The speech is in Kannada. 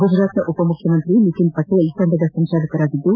ಗುಜರಾತ್ ಉಪಮುಖ್ಯಮಂತ್ರಿ ನಿತಿನ್ ಪಟೇಲ್ ತಂಡದ ಸಂಚಾಲಕರಾಗಿದ್ದು